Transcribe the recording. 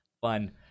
fun